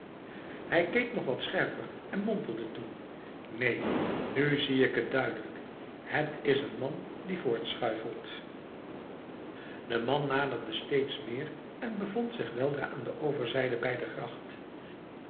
hij keek nog wat scherper en mompelde toen neen nu zie ik het duidelijk het is een man die voortschuifelt de man naderde steeds meer en bevond zich weldra aan de overzijde bij de gracht